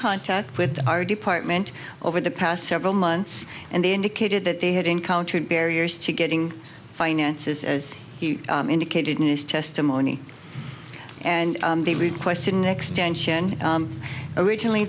contact with our department over the past several months and they indicated that they had encountered barriers to getting finances as he indicated in his testimony and the lead question extension originally